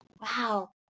Wow